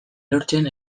lortzen